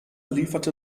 lieferte